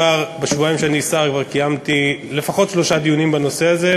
בשבועיים שאני שר כבר קיימתי לפחות שלושה דיונים בנושא הזה,